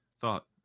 thought